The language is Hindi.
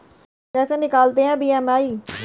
कैसे निकालते हैं बी.एम.आई?